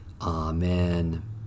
Amen